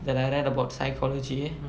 that I read about psychology